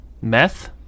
meth